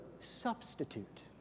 substitute